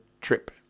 trip